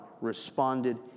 responded